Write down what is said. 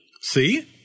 See